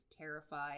terrified